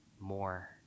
more